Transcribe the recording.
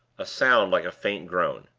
a sound like a faint groan.